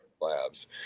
labs